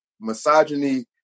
Misogyny